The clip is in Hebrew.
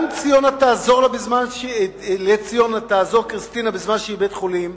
שגם כריסטינה תעזור לציונה בזמן שהיא בבית-חולים,